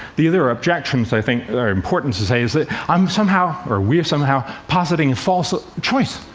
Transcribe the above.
the other objections, i think, that are important to say, is that i'm somehow or we are somehow positing a false ah choice.